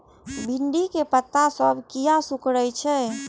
भिंडी के पत्ता सब किया सुकूरे छे?